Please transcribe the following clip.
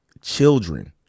children